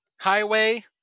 highway